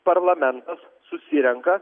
parlamentas susirenka